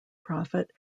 prophet